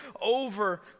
over